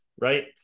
right